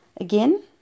again